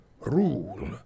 rule